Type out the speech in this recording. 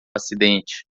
acidente